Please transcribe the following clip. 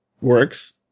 works